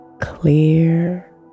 clear